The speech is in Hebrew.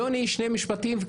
יוני, שני משפטים.